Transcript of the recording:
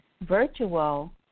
Virtual